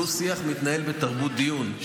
הדו-שיח מתנהל בתרבות דיון.